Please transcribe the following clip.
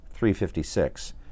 356